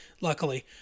Luckily